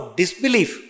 disbelief